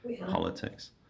politics